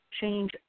change